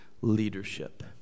leadership